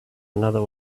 another